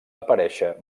aparèixer